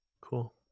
Cool